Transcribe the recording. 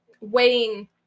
weighing